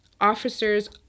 officers